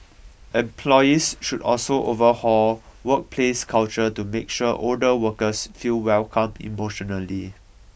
employees should also overhaul workplace culture to make sure older workers feel welcome emotionally